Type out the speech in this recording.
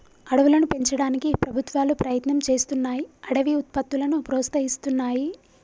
అడవులను పెంచడానికి ప్రభుత్వాలు ప్రయత్నం చేస్తున్నాయ్ అడవి ఉత్పత్తులను ప్రోత్సహిస్తున్నాయి